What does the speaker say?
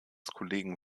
kollegen